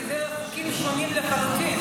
כי אלה חוקים שונים לחלוטין.